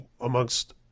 amongst